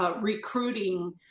recruiting